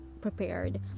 prepared